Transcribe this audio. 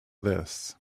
this